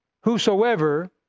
whosoever